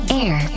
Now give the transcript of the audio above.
air